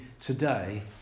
today